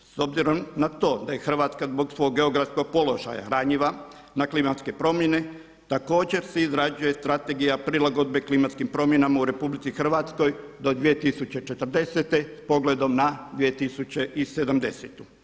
S obzirom na to da je Hrvatska zbog svog geografskog položaja ranjiva na klimatske promjene također se izrađuje Strategija prilagodbe klimatskim promjenama u RH do 2040. s pogledom na 2070.